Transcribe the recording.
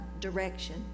direction